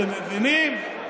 אתם מבינים?